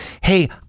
hey